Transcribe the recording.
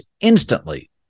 instantly